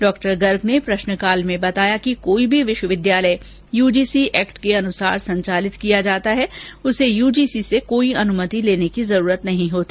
डॉ गर्ग ने प्रश्नकाल में बताया कि कोई भी विश्वविद्यालय यूजीसी एक्ट के अनुसार संचालित किया जाता है उसे यूजीसी से कोई अनुमति लेने की जरूरत नहीं होती